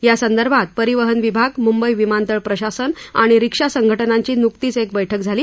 यासंदर्भात परिवहन विभाग मुंबई विमानतळ प्रशासन आणि रिक्षा संघटनांची नुकतीच एक बैठक झाली